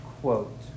quote